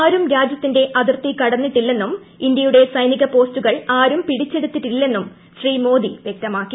ആരും രാജ്യത്തിന്റെ അതിർത്തി കടന്നിട്ടില്ലെന്നും ഇന്ത്യയുടെ സൈനിക പോസ്റ്റുകൾ ആരും പിടിച്ചെടുത്തിട്ടില്ലെന്നും ശ്രീ മോദി വൃക്തമാക്കി